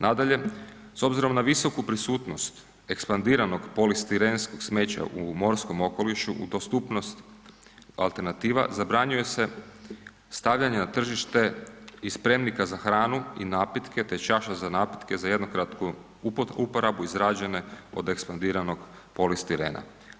Nadalje, s obzirom na visoku prisutnost ekspandiranog polistirenskog smeća u morskom okolišu u dostupnost alternativa zabranjuje se stavljanje na tržište i spremnika za hranu i napitke te čaše za napitke za jednokratnu uporabu izrađene od ekspandiranog polistirena.